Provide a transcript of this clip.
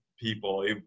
People